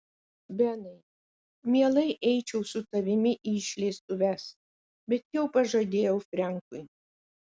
benai mielai eičiau su tavimi į išleistuves bet jau pažadėjau frenkui